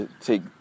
take